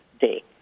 Day